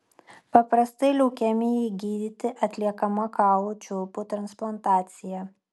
paprastai leukemijai gydyti atliekama kaulų čiulpų transplantacija